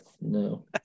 no